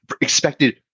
expected